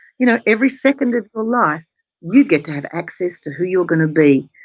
you know every second of your life you get to have access to who you're going to be,